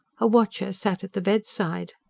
a watcher sat at the bedside.